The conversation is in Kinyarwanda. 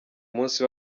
munsi